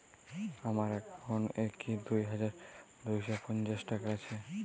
আমার অ্যাকাউন্ট এ কি দুই হাজার দুই শ পঞ্চাশ টাকা আছে?